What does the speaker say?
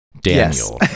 Daniel